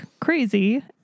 crazy